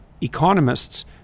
economists